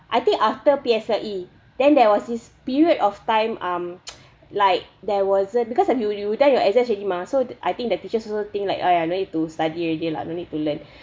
I think after P_S_L_E then there was this period of time um like there wasn't because of you you were done with your exams already mah so I think that teachers also think like ah no need to study already lah no need to learn